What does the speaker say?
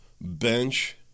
bench